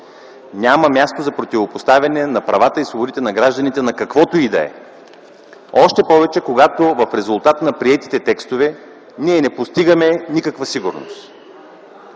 Няма място за противопоставяне на правата и свободите на гражданите на каквото и да е. Още повече, когато в резултат на приетите текстове ние не постигаме никаква сигурност.